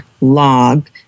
Log